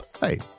Hey